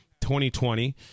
2020